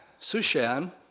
Sushan